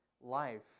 life